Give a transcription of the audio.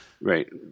Right